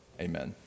Amen